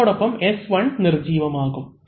അതോടൊപ്പം S1 നിർജീവം ആകും